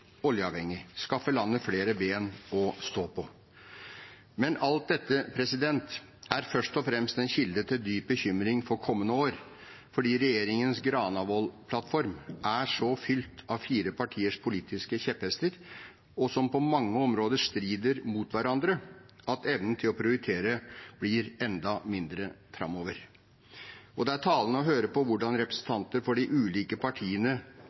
oljeavhengig og skaffe landet flere bein å stå på. Men alt dette er først og fremt en kilde til dyp bekymring for kommende år fordi regjeringens Granavold-plattform er så fylt av fire partiers politiske kjepphester – som på mange områder strider mot hverandre – at evnen til å prioritere blir enda mindre framover. Og det er talende å høre på hvordan representanter for de ulike partiene